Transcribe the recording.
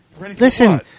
Listen